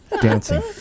Dancing